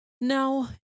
Now